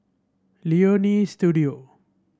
Leonie Studio